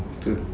two